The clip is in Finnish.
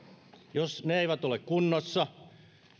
jos ne eivät ole kunnossa